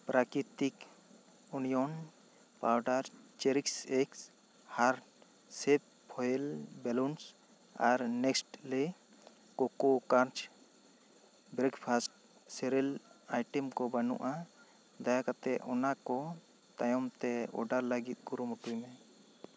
ᱯᱨᱟᱠᱤᱛᱤᱠ onion powder ᱪᱮᱨᱤᱠᱥ ᱮᱠᱥ heart shape foil balloons ᱟᱨ Nestle Koko Krunch breakfast cereal item ᱠᱚ ᱵᱟᱱᱩᱜᱼᱟ ᱫᱟᱭᱟ ᱠᱟᱛᱮᱫ ᱚᱱᱟ ᱠᱚ ᱛᱟᱭᱚᱢ ᱛᱮ ᱚᱰᱟᱨ ᱞᱟᱜᱤᱫ ᱠᱩᱨᱩᱢᱩᱴᱩᱭ ᱢᱮ